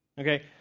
Okay